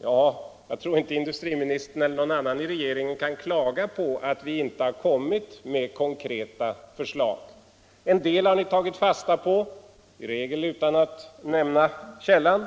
Ja, jag tror inte att industriministern eller någon annan i regeringen kan klaga på att vi inte har kommit med konkreta förslag. En del har ni tagit fasta på — i regel utan att nämna källan.